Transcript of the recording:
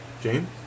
James